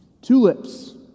Tulips